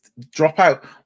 Dropout